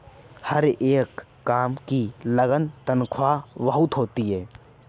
हर एक काम की अलग तन्ख्वाह हुआ करती है